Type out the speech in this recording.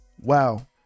wow